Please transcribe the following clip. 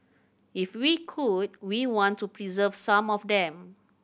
if we could we want to preserve some of them